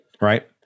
right